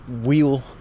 wheel